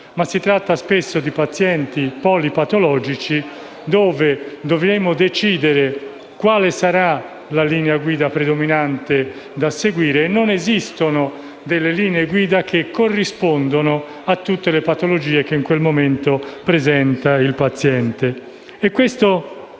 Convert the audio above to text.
Si tratta spesso di pazienti polipatologici per cui dovremo decidere la linea guida prevalente da seguire. Non esistono delle linee guida che corrispondono a tutte le patologie che in quel momento presenta il paziente.